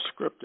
scripted